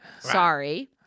sorry